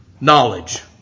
knowledge